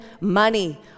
money